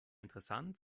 interessant